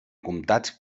comtats